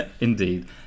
Indeed